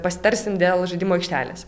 pasitarsim dėl žaidimų aikštelės